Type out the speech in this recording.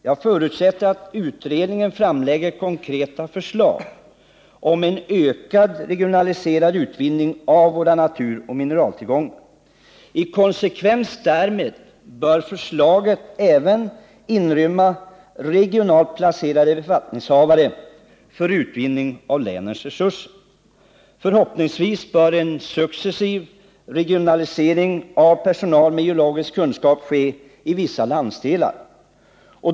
Jag förutsätter att utredningen framlägger konkreta förslag om en ökad regionaliserad utvinning av våra naturoch mineraltillgångar. I konsekvens därmed bör förslaget även inrymma regionalt placerade befattningshavare för utvinning av länens resurser. Förhoppningsvis kommer en successiv regional förstärkning av personal med geologisk kunskap att ske i vissa landsdelar.